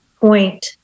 point